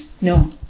No